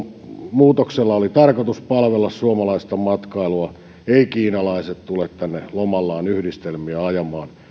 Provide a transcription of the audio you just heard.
muutoksella oli tarkoitus palvella suomalaista matkailua eivätkä kiinalaiset tule tänne lomallaan yhdistelmiä ajamaan